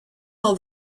all